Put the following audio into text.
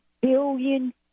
billion